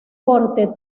corte